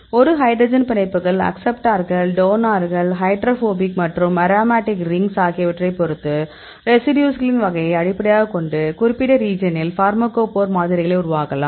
ஒரு ஹைட்ரஜன் பிணைப்புகள் அக்சப்ட்டார்கள் டோனார்கள் ஹைட்ரோபோபிக் மற்றும் அரோமேட்டிக் ரிங்ஸ் ஆகியவற்றைப் பொறுத்து ரெசிடியூஸ்களின் வகையை அடிப்படையாகக் கொண்டு குறிப்பிட்ட ரீஜியனில் ஃபார்மகோபோர் மாதிரிகளை உருவாக்கலாம்